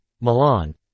Milan